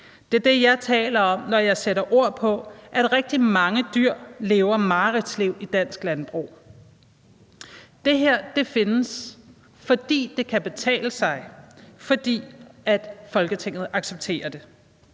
Det er det, jeg taler om, når jeg sætter ord på, at rigtig mange dyr lever mareridtsliv i dansk landbrug. Det her findes, fordi det kan betale sig, fordi Folketinget accepterer det.